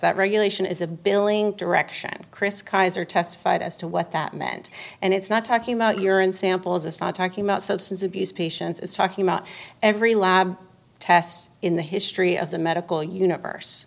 that regulation is a billing direction chris keyser testified as to what that meant and it's not talking about urine samples it's not talking about substance abuse patients is talking about every lab test in the history of the medical universe